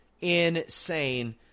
Insane